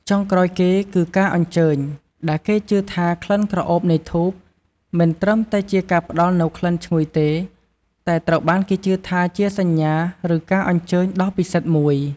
ចុងក្រោយគេ គឺការអញ្ជើញដែលគេជឿថាក្លិនក្រអូបនៃធូប មិនត្រឹមតែជាការផ្តល់នូវក្លិនឈ្ងុយទេ តែត្រូវបានគេជឿថាជា សញ្ញា ឬ ការអញ្ជើញ ដ៏ពិសិដ្ឋមួយ។